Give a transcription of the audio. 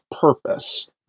purpose